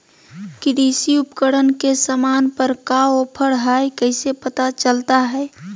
कृषि उपकरण के सामान पर का ऑफर हाय कैसे पता चलता हय?